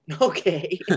Okay